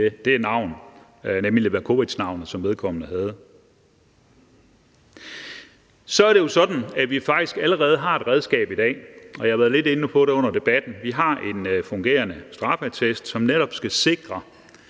det navn, nemlig Levakovic, som vedkommende havde. Så er det jo sådan, at vi faktisk allerede har et redskab i dag. Jeg har været lidt inde på det under debatten. Vi har en fungerende straffeattest, som netop skal sikre,